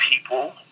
people